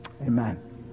Amen